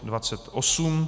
28.